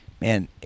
Man